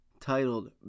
titled